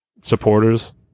supporters